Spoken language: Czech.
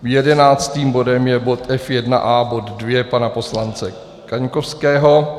Jedenáctým bodem je bod F1a bod 2 pana poslance Kaňkovského.